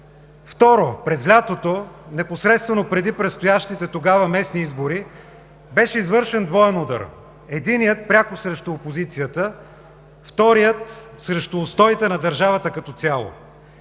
Второ, през лятото, непосредствено преди предстоящите тогава местни избори, беше извършен двоен удар – единият, пряко срещу опозицията, вторият, срещу устоите на държавата като цяло.